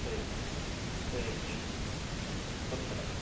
ठीक ठीक छऽ खुश रहऽ